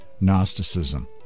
Gnosticism